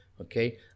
okay